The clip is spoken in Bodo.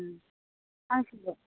उम फांसेल'